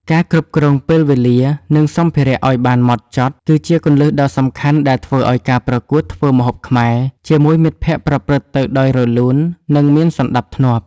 ការគ្រប់គ្រងពេលវេលា និងសម្ភារៈឱ្យបានហ្មត់ចត់ គឺជាគន្លឹះដ៏សំខាន់ដែលធ្វើឱ្យការប្រកួតធ្វើម្ហូបខ្មែរជាមួយមិត្តភក្តិប្រព្រឹត្តទៅដោយរលូន និងមានសណ្ដាប់ធ្នាប់។